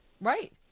Right